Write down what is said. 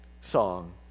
song